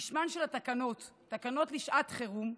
ושמן של התקנות, תקנות לשעת חירום,